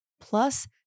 plus